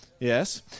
Yes